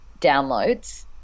downloads